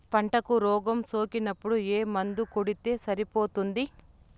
పంటకు రోగం సోకినపుడు ఏ మందు కొడితే సరిపోతుంది?